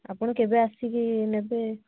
ଆପଣ କେବେ ଆସିକି ନେବେ